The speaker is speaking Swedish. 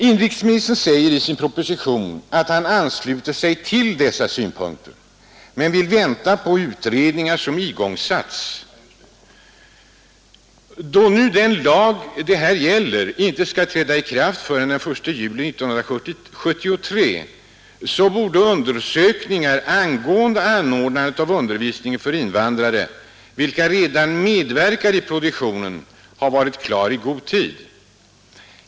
Inrikesministern säger i sin proposition att han ansluter sig till dessa synpunkter men vill vänta på utredningar som igångsatts. Då den lag det här gäller inte skall träda i kraft förrän den 1 juli 1973 borde undersökningar angående anordnande av undervisning för invandrare, vilka redan medverkar i produktionen, ha varit klara i god tid.